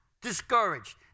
discouraged